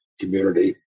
Community